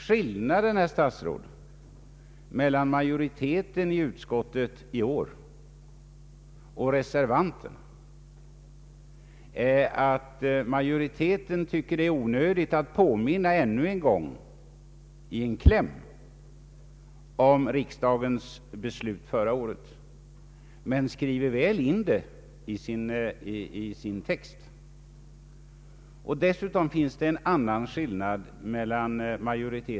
Skillnaden, herr statsråd, mellan majoriteten i utskottet och reservanterna i år är att majoriteten anser det vara onödigt att påminna i en kläm om riksdagens beslut förra året. Utskottet skriver emellertid in en sådan påminnelse i utlåtandets text. Dessutom finns det en annan skillnad.